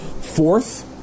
Fourth